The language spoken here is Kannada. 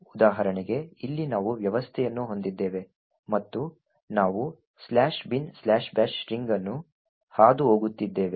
ಉದಾಹರಣೆಗೆ ಇಲ್ಲಿ ನಾವು ವ್ಯವಸ್ಥೆಯನ್ನು ಹೊಂದಿದ್ದೇವೆ ಮತ್ತು ನಾವು "binbash" ಸ್ಟ್ರಿಂಗ್ ಅನ್ನು ಹಾದು ಹೋಗುತ್ತಿದ್ದೇವೆ